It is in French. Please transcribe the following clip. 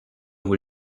vous